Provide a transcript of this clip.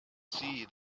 see